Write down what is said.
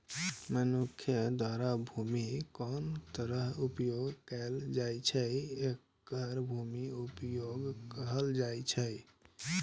मनुक्ख द्वारा भूमिक कोन तरहें उपयोग कैल जाइ छै, एकरे भूमि उपयोगक कहल जाइ छै